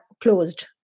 closed